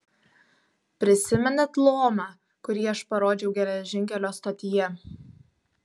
prisimenat lomą kurį aš parodžiau geležinkelio stotyje